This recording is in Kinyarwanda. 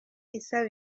isaba